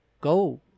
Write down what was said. go